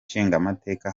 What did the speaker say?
nshingamateka